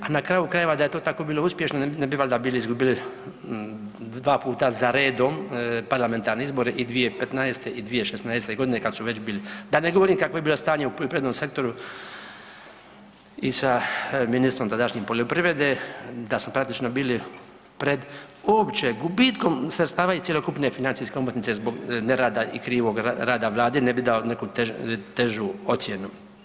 Na kraju krajeva da je to tako bilo uspješno ne bi valjda bili izgubili dva puta za redom parlamentarne izbore i 2015. i 2016. godine kad su već bili, da ne govorim kakvo je bilo stanje u poljoprivrednom sektoru i sa ministrom tadašnjim poljoprivrede da su praktično bilo pred uopće gubitkom sredstava iz cjelokupne financijske omotnice zbog nerada i krivog rada vlada, ne bih dao neku težu ocjenu.